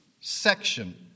section